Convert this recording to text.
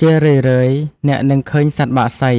ជារឿយៗអ្នកនឹងឃើញសត្វបក្សី